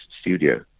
studio